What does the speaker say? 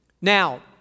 Now